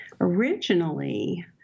Originally